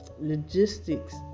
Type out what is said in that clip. logistics